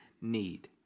need